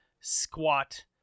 squat